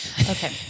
Okay